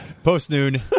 Post-noon